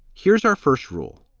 here's our first rule.